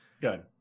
good